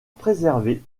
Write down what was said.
préserver